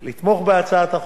לתמוך בהצעת החוק